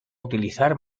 utilizar